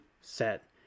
set